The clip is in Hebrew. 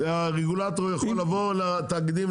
הרגולטור יכול לבוא לתאגידים,